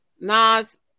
Nas